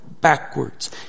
backwards